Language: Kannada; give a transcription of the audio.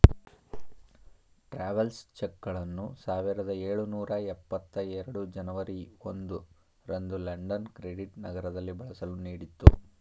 ಟ್ರಾವೆಲ್ಸ್ ಚೆಕ್ಗಳನ್ನು ಸಾವಿರದ ಎಳುನೂರ ಎಪ್ಪತ್ತ ಎರಡು ಜನವರಿ ಒಂದು ರಂದು ಲಂಡನ್ ಕ್ರೆಡಿಟ್ ನಗರದಲ್ಲಿ ಬಳಸಲು ನೀಡಿತ್ತು